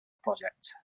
project